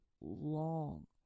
long